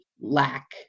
lack